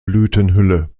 blütenhülle